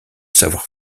savoir